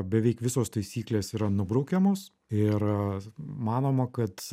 beveik visos taisyklės yra nubraukiamos ir manoma kad